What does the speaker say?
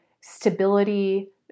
stability